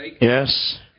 Yes